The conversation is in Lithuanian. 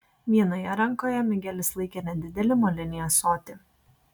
vienoje rankoje migelis laikė nedidelį molinį ąsotį